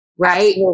Right